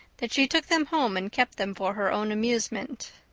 that she took them home and kept them for her own amusement.